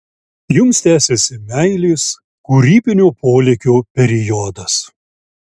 jums tęsiasi meilės kūrybinio polėkio periodas